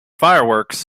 fireworks